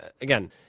again